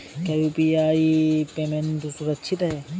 क्या UPI payment सुरक्षित है?